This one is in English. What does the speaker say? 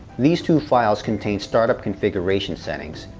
these two files contain startup configuration settings.